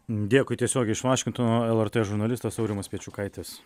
dėkui tiesiogiai iš vašingtono lrt žurnalistas aurimas pečiukaitis